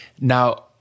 Now